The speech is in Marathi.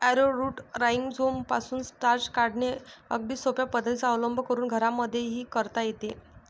ॲरोरूट राईझोमपासून स्टार्च काढणे अगदी सोप्या पद्धतीचा अवलंब करून घरांमध्येही करता येते